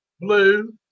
Blue